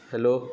hello